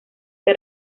que